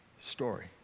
story